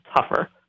tougher